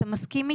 אתה מסכים איתי?